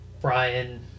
Brian